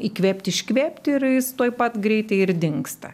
įkvėpt iškvėpt ir jis tuoj pat greitai ir dingsta